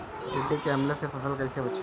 टिड्डी के हमले से फसल कइसे बची?